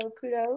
kudos